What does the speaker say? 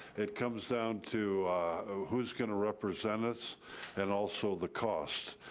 it comes down to who's gonna represent us and also the cost,